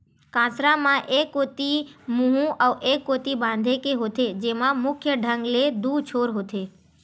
कांसरा म एक कोती मुहूँ अउ ए कोती बांधे के होथे, जेमा मुख्य ढंग ले दू छोर होथे